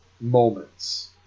moments